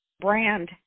brand